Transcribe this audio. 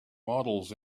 models